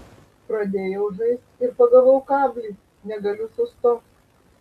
pradėjau žaist ir pagavau kablį negaliu sustot